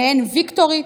וביניהן ויקטורי,